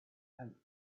and